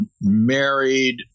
married